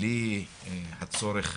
בלי הצורך